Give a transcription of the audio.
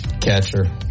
Catcher